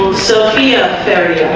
sophia ferry